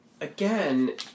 again